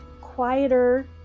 quieter